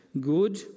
good